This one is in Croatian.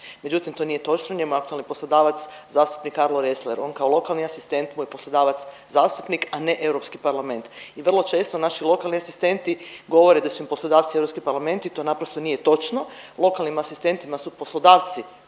međutim, to nije točno, njemu je aktualni poslodavac Karlo Ressler, on kao lokalni asistent mu je poslodavac zastupnik, a ne EP i vrlo često naši lokalni asistenti govore da su im poslodavci EP i to naprosto nije točno. Lokalnim asistentima su poslodavci